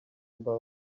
about